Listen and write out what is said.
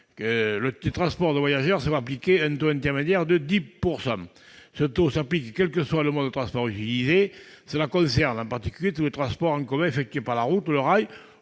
le transport de voyageurs se voit appliquer un taux intermédiaire de 10 %. Ce taux s'applique quel que soit le mode de transport utilisé, en particulier à tous les transports en commun effectués par la route, par le rail